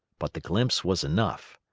but the glimpse was enough.